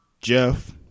Jeff